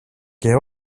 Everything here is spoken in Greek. και